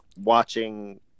watching